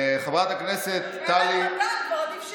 חברת הכנסת טלי,